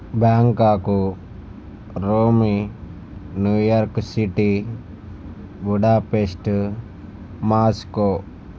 Bangkok Rome New York city Budapest Moscow